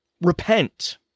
Repent